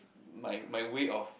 my my way of